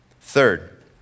Third